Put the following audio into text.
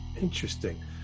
Interesting